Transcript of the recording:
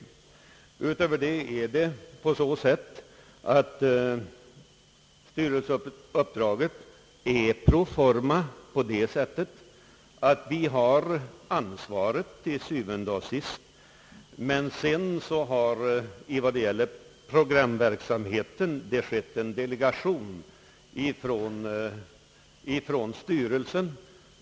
Därutöver är det på så sätt att styrelseuppdraget är pro forma i så måtto att vi har ansvaret til syvende og sidst, men vad gäller programverksamheten har det skett en delegation från styrelsen.